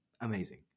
amazing